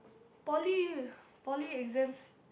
poly poly exams